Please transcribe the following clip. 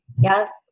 Yes